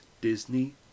Disney